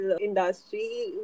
industry